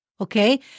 okay